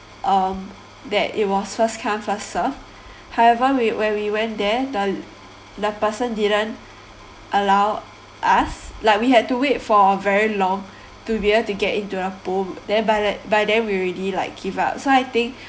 um that it was first come first serve however we when we went there the the person didn't allow us like we had to wait for a very long to be able to get into a pool then by then by then we already like give up so I think